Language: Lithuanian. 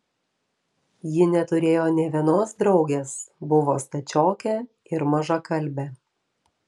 ji neturėjo nė vienos draugės buvo stačiokė ir mažakalbė